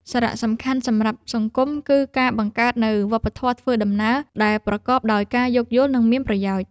សារៈសំខាន់សម្រាប់សង្គម គឺការបង្កើតនូវវប្បធម៌ធ្វើដំណើរដែលប្រកបដោយការយោគយល់ និងមានប្រយោជន៍។